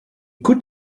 could